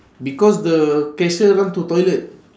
because the cashier run to toilet